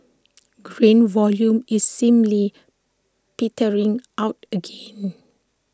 grain volume is seemingly petering out again